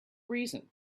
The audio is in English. reason